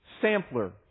sampler